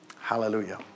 Hallelujah